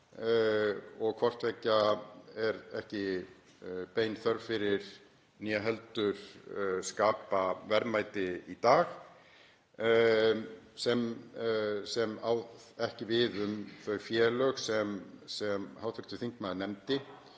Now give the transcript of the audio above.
og hvort tveggja er ekki bein þörf fyrir né heldur skapa verðmæti í dag, sem á ekki við um þau félög sem hv. þingmaður nefndi.